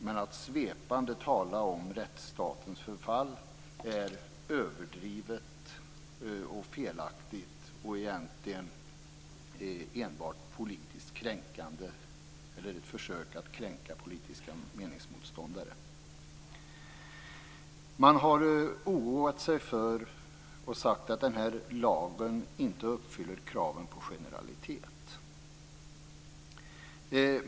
Men att svepande tala om rättsstatens förfall är överdrivet och felaktigt. Det är egentligen enbart ett försök att kränka politiska meningsmotståndare. Man har oroat sig för, och sagt, att den här lagen inte uppfyller kraven på generalitet.